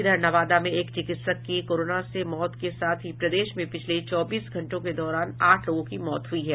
इधर नवादा में एक चिकित्सक की कोरोना से मौत के साथ ही प्रदेश में पिछले चौबीस घंटे के दौरान आठ लोगों की मौत हुई है